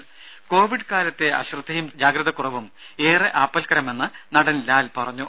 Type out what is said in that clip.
രും കോവിഡ് കാലത്തെ അശ്രദ്ധയും ജാഗ്രതക്കുറവും ഏറെ ആപൽക്കരമെന്ന് നടൻ ലാൽ പറഞ്ഞു